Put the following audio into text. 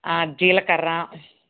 జీలకర్ర